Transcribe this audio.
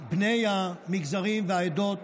בני המגזרים והעדות